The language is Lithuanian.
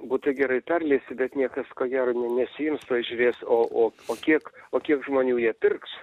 būtų gerai perleisti bet niekas ko gero nesiims pažiūrės o o o kiek o kiek žmonių ją pirks